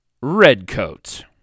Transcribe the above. Redcoats